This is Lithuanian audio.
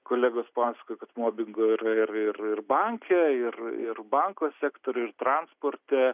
kolegos paskojo kad mobigo ir ir ir banke ir ir banko sektoriuj ir transport